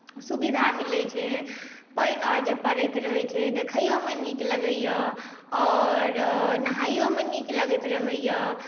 सुविधा मिलैत छै पानि आओर जे पड़ैत रहैत छै देखइयोमे नीक लगैए आओर नहाइयोमे नीक लगैत रहैए